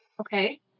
Okay